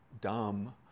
dumb